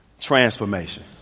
transformation